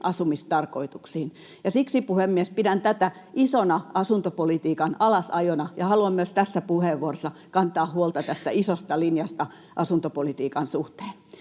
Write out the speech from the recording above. asumistarkoituksiin. Siksi, puhemies, pidän tätä isona asuntopolitiikan alasajona, ja haluan myös tässä puheenvuorossa kantaa huolta tästä isosta linjasta asuntopolitiikan suhteen.